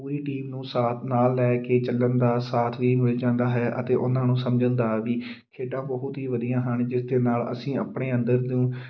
ਪੂਰੀ team ਨੂੰ ਸਾਥ ਨਾਲ਼ ਲੈ ਕੇ ਚੱਲਣ ਦਾ ਸਾਥ ਵੀ ਮਿਲ ਜਾਂਦਾ ਹੈ ਅਤੇ ਉਹਨਾਂ ਨੂੰ ਸਮਝਣ ਦਾ ਵੀ ਖੇਡਾਂ ਬਹੁਤ ਹੀ ਵਧੀਆ ਹਨ ਜਿਸ ਦੇ ਨਾਲ਼ ਅਸੀਂ ਆਪਣੇ ਅੰਦਰ ਨੂੰ